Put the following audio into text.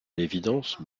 l’évidence